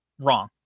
wrong